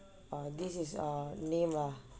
this is err names lah